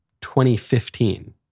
2015